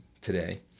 today